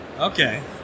Okay